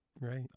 right